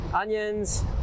onions